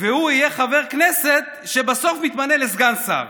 והוא יהיה חבר כנסת, שבסוף מתמנה לסגן שר.